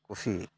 ᱠᱩᱥᱤ